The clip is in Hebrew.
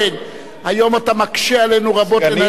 היום אתה מקשה עלינו רבות לנהל את הישיבה.